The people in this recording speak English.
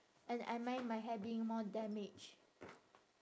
and I mind my hair being more damaged